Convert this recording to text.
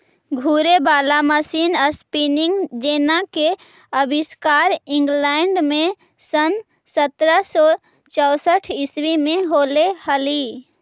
घूरे वाला मशीन स्पीनिंग जेना के आविष्कार इंग्लैंड में सन् सत्रह सौ चौसठ ईसवी में होले हलई